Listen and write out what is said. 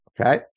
Okay